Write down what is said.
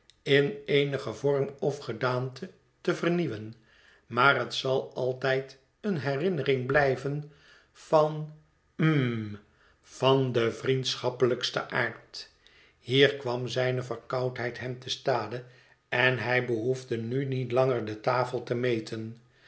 in eenigen vorm of gedaante te vernieuwen maar het zal altijd eene herinnering blijven van hml van den vriendschappelijksten aard hier kwam zijne verkoudheid hem te stade en hij behoefde nu niet langer de tafel te meten